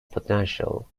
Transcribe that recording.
potential